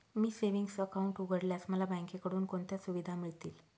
मी savings account उघडल्यास मला बँकेकडून कोणत्या सुविधा मिळतील?